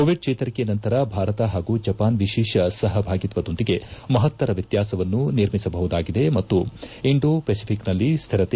covid ಜೇತರಿಕೆ ನಂತರ ಭಾರತ ಪಾಗೂ ಜಪಾನ್ ಎರೇಷ ಸಪಭಾಗಿತ್ವದೊಂದಿಗೆ ಮಹತ್ತರ ವ್ಯತ್ನಾಸವನ್ನು ನಿರ್ಮಿಸಬಹುದಾಗಿದೆ ಮತ್ತು ಇಂಡೋ ಫೆಸಿಫಿಕ್ನಲ್ಲಿ ಸ್ವಿರತೆ